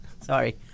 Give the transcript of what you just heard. Sorry